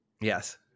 Yes